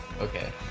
Okay